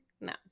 No